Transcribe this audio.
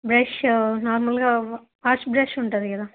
brush నార్మల్గా wash brush ఉంటుంది కదా